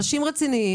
אנשים רציניים,